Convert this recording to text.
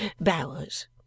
bowers